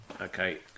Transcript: Okay